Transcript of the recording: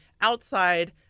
outside